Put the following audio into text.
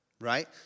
Right